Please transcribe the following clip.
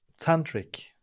tantric